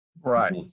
Right